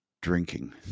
drinking